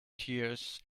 tears